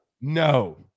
No